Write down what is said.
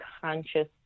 conscious